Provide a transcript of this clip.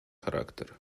charakter